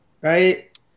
right